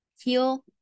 heal